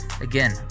Again